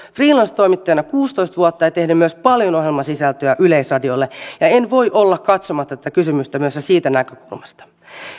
freelancetoimittajana kuusitoista vuotta ja tehnyt myös paljon ohjelmasisältöjä yleisradiolle ja en voi olla katsomatta tätä kysymystä myös siitä näkökulmasta